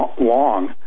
long